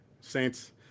Saints